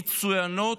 מצוינות,